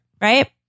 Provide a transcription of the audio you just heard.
Right